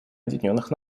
объединенных